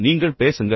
நீங்கள் பேசுங்கள்